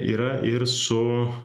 yra ir su